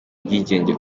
ubwigenge